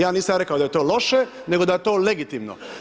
Ja nisam rekao da je to loše, nego da je to legitimno.